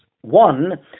one